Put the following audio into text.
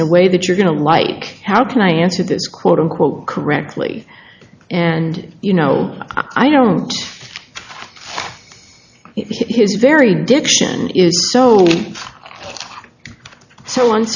in a way that you're going to like how can i answer this quote unquote correctly and you know i don't his very diction is so